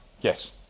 Yes